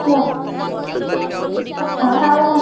ହଁ ନା ଆଉ ନୁହଁ